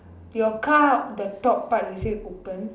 your car the top part is it open